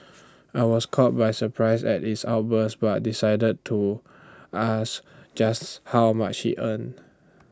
I was caught by surprise at his outburst but decided to ask just how much he earned